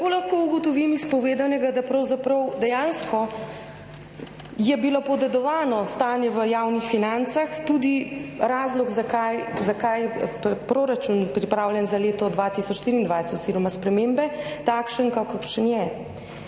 Tako lahko ugotovim iz povedanega, da pravzaprav dejansko je bilo podedovano stanje v javnih financah, tudi razlog zakaj, zakaj je proračun pripravljen za leto 2024 oziroma